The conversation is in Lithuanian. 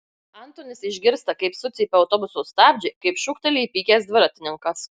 antonis išgirsta kaip sucypia autobuso stabdžiai kaip šūkteli įpykęs dviratininkas